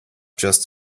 just